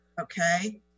okay